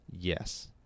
Yes